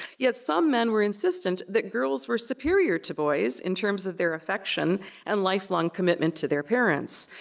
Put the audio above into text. yet, some men were insistent that girls were superior to boys in terms of their affection and lifelong commitment to their parents.